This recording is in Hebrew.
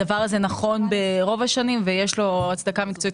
הדבר הזה נכון ברוב השנים ויש לו הצדקה מקצועית